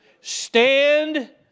Stand